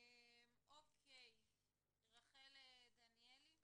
רחל דניאלי.